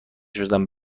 شدم